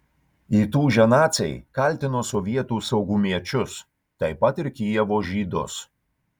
įtūžę naciai kaltino sovietų saugumiečius taip pat ir kijevo žydus